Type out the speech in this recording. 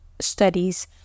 studies